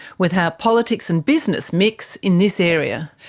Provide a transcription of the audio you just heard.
with how politics and business mix in this area.